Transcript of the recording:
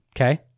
Okay